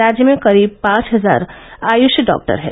राज्य में करीब पांच हजार आयुष डॉक्टर हैं